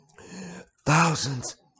Thousands